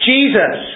Jesus